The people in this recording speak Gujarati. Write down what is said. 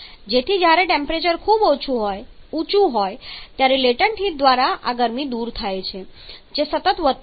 તેથી જ્યારે ટેમ્પરેચર ખૂબ ઊંચું હોય ત્યારે લેટન્ટ હીટ દ્વારા આ ગરમી દૂર થાય છે જે સતત વધતી જાય છે